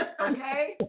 okay